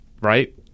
right